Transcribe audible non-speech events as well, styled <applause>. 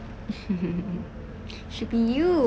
<laughs> should be you